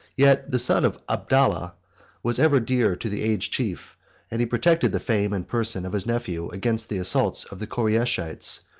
yet the son of abdallah was ever dear to the aged chief and he protected the fame and person of his nephew against the assaults of the koreishites,